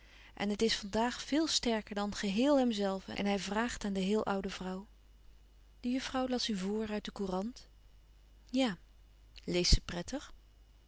en het is vandaag veel sterker dan gehéel hemzelven en hij vraagt aan de heel oude vrouw de juffrouw las u voor uit de courant ja leest ze prettig